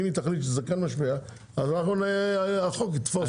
אם היא תחליט שזה כן ישפיע אז החוק יתפוס.